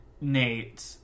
nate